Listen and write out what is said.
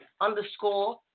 underscore